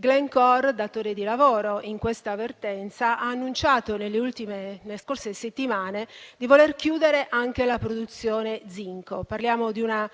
Glencore, datore di lavoro in questa vertenza, ha annunciato nelle scorse settimane di voler chiudere anche la produzione zinco. Parliamo di una